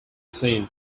seen